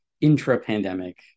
intra-pandemic